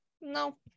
No